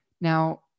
Now